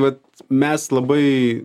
vat mes labai